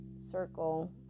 circle